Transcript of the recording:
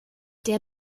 der